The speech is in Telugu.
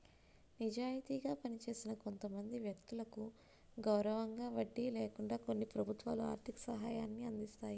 నిజాయితీగా పనిచేసిన కొంతమంది వ్యక్తులకు గౌరవంగా వడ్డీ లేకుండా కొన్ని ప్రభుత్వాలు ఆర్థిక సహాయాన్ని అందిస్తాయి